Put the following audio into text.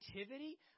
activity